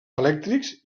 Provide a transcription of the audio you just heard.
elèctrics